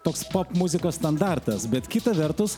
toks popmuzikos standartas bet kita vertus